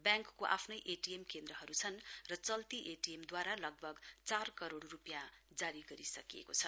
व्याङ्कको आफ्नै एटीएम केन्द्रहरू छन् र चल्ती एटीएम द्वारा लगभग चार करोड रूपियाँ जारी गरिसकिएको छ